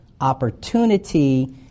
opportunity